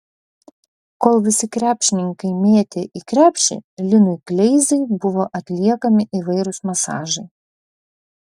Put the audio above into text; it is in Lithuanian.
kol visi krepšininkai mėtė į krepšį linui kleizai buvo atliekami įvairūs masažai